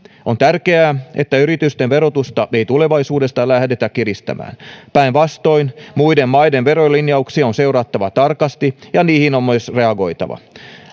on tärkeää että yritysten verotusta ei tulevaisuudessa lähdetä kiristämään päinvastoin muiden maiden verolinjauksia on seurattava tarkasti ja niihin on myös reagoitava